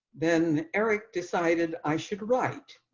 then eric decided i should write.